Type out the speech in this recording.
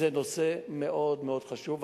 זה נושא מאוד חשוב,